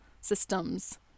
Systems